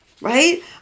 right